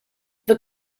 the